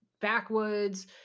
backwoods